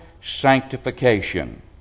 sanctification